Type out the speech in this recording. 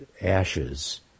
ashes